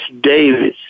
Davis